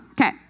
Okay